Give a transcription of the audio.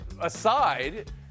aside